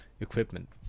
equipment